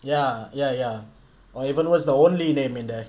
ya ya ya or even worst the only them in there